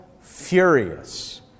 furious